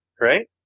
right